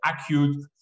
acute